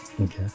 Okay